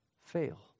Fail